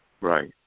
right